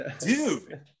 dude